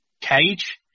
cage